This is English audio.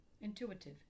intuitive